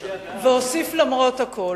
ואוסיף, למרות הכול,